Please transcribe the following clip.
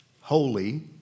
holy